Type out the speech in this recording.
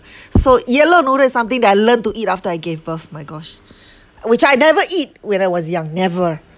so yellow noodle is something that I learnt to eat after I gave birth my gosh which I never eat when I was young never